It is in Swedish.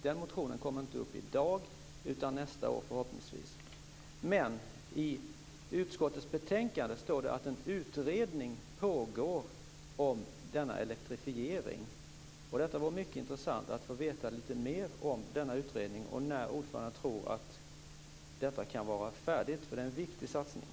Den motionen behandlas inte i dag utan förhoppningsvis nästa år. Men i utskottets betänkande står det att en utredning pågår om denna elektrifiering. Det vore mycket intressant att få veta lite mer om denna utredning och när ordföranden tror att detta kan vara färdigt, eftersom det är en viktig satsning.